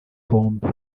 pombe